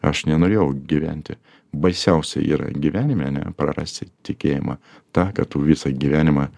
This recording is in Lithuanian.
aš nenorėjau gyventi baisiausia yra gyvenime ane prarasti tikėjimą tą ką tu visą gyvenimą